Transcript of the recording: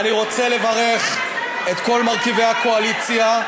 איפה הילדים מחר בבוקר?